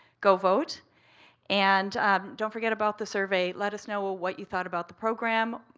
go vote and don't forget about the survey. let us know what what you thought about the program.